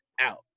out